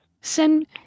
Send